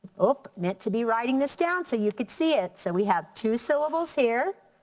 oops meant to be writing this down so you could see it. so we have two syllables here,